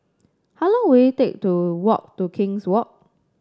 how long will it take to walk to King's Walk